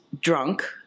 drunk